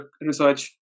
research